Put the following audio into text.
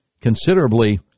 considerably